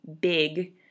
big